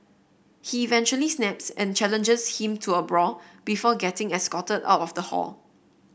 he eventually snaps and challenges him to a brawl before getting escorted out of the hall